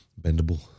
Bendable